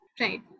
right